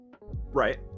Right